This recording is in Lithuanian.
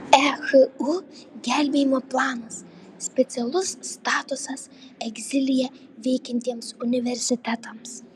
ehu gelbėjimo planas specialus statusas egzilyje veikiantiems universitetams